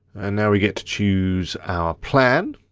and now we get to choose our plan.